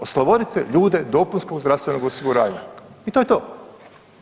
Oslobodite ljude dopunskog zdravstvenog osiguranja i to je to.